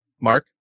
Mark